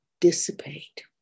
dissipate